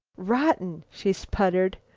rotten! she sputtered.